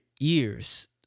years